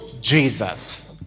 Jesus